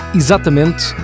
exatamente